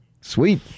Sweet